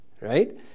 right